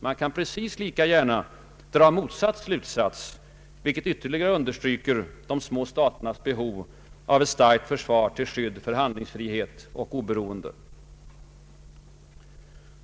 Man kan precis lika gärna dra motsatt slutsats, vilket ytterligare understryker de små staternas behov av starkt försvar till skydd för handlingsfrihet och oberoende.